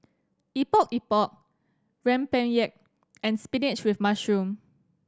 Epok Epok rempeyek and spinach with mushroom